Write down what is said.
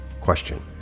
Question